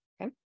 okay